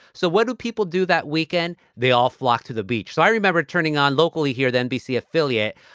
so what do people do that weekend? they all flock to the beach. so i remember turning on locally here, the nbc affiliate.